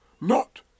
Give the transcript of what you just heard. Not